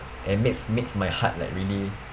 and makes makes my heart like really